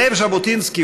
זאב ז'בוטינסקי,